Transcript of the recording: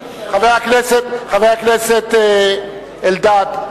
חבר הכנסת אלדד,